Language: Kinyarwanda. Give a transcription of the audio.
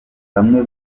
bamwe